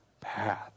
path